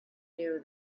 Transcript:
knew